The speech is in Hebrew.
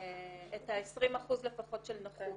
את ה-20% לפחות של נכות?